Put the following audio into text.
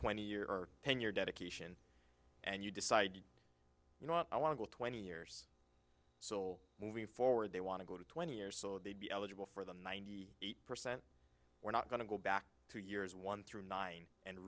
ten your dedication and you decide you know what i want to go twenty years so moving forward they want to go to twenty or so they'd be eligible for the ninety eight percent we're not going to go back two years one through nine and